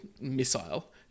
missile